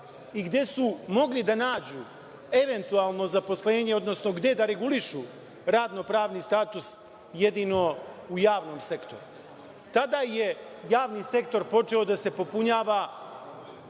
i gde su mogli da nađu eventualno zaposlenje, odnosno gde da regulišu radno-pravni status jedino u javnom sektoru. Tada je javni sektor počeo da se popunjava,